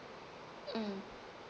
mm